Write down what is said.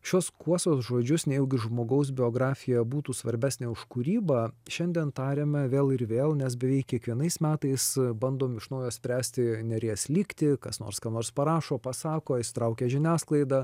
šiuos kuosos žodžius nejaugi žmogaus biografija būtų svarbesnė už kūrybą šiandien tariame vėl ir vėl nes beveik kiekvienais metais bandom iš naujo spręsti nėries lygtį kas nors ką nors parašo pasako įsitraukia žiniasklaida